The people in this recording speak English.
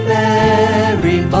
Mary